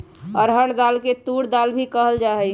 अरहर दाल के तूर दाल भी कहल जाहई